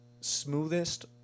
smoothest